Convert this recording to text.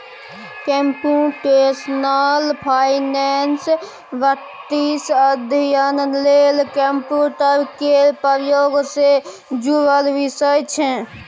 computational finance वित्तीय अध्ययन लेल कंप्यूटर केर प्रयोग सँ जुड़ल विषय छै